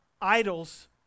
Idols